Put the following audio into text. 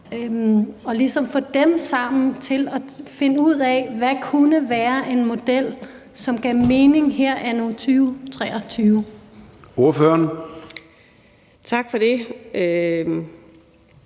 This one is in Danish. og ligesom få dem sammen til at finde ud af, hvad der kunne være en model, som gav mening her anno 2023? Kl. 18:02 Formanden